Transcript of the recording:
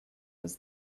was